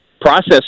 process